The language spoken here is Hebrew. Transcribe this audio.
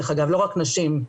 לא רק נשים,